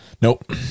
Nope